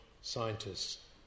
scientists